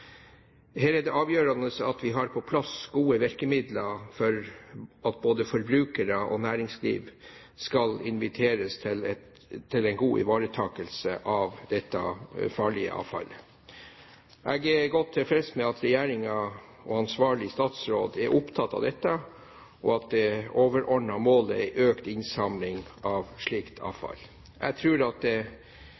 Her er det avgjørende at vi har på plass gode virkemidler for å invitere både forbrukere og næringsliv til en god ivaretakelse av dette farlige avfallet. Jeg er godt tilfreds med at regjeringen og ansvarlig statsråd er opptatt av dette, og at det overordnede målet er økt innsamling av slikt